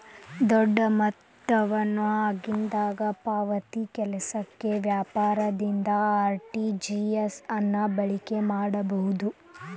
ದೊಡ್ಡ ಮೊತ್ತವನ್ನು ಆಗಿಂದಾಗ ಪಾವತಿಸಲಿಕ್ಕೆ ವ್ಯಾಪಾರದಿಂದ ಆರ್.ಟಿ.ಜಿ.ಎಸ್ ಅನ್ನ ಬಳಕೆ ಮಾಡಬಹುದು